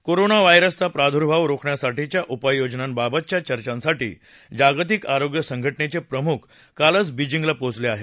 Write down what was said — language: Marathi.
कोरोना व्हायरसचा प्रादुर्भाव रोखण्यासाठीच्या उपाययोजनांबाबतच्या चर्चांसाठी जागतिक आरोग्य संघटनेचे प्रमुख कालच बिजिंगला पोचले आहेत